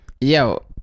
Yo